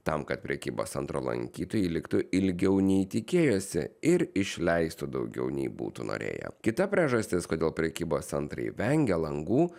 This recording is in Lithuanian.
tam kad prekybos centro lankytojai liktų ilgiau nei tikėjosi ir išleistų daugiau nei būtų norėję kita priežastis kodėl prekybos centrai vengia langų